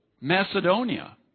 Macedonia